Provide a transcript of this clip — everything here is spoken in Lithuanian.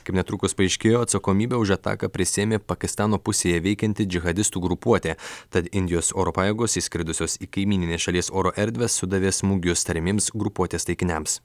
kaip netrukus paaiškėjo atsakomybę už ataką prisiėmė pakistano pusėje veikianti džihadistų grupuotė tad indijos oro pajėgos įskridusios į kaimyninės šalies oro erdvę sudavė smūgius tariamiems grupuotės taikiniams